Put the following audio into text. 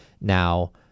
now